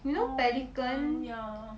you know Pelican